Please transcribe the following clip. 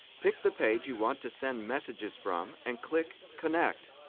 pick the page you want to send messages from and click connect.